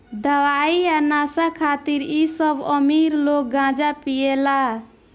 दवाई आ नशा खातिर इ सब अमीर लोग गांजा पियेला